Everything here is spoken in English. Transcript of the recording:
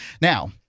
Now